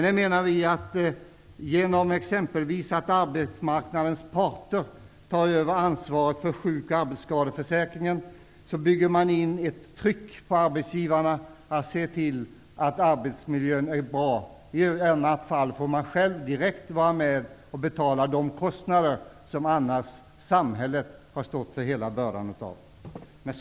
Vi menar att man, genom att arbetsmarknadens parter tar över ansvaret för sjuk och arbetskadeförsäkringarna, bygger in ett tryck på arbetsgivarna att se till att arbetsmiljön är bra. I annat fall får de själva vara med och direkt betala de kostnader som samhället tidigare har stått för.